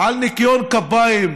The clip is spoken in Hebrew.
על ניקיון כפיים,